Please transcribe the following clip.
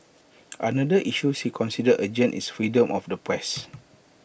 another issue she consider urgent is freedom of the press